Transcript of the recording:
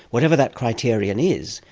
whatever that criterion is,